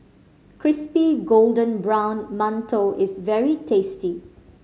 crispy golden brown mantou is very tasty